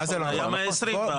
זה היה 120 פעם.